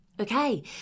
Okay